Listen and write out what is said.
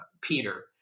Peter